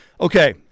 Okay